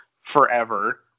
forever